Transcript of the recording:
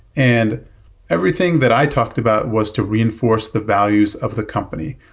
and everything that i talked about was to reinforce the values of the company.